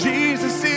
Jesus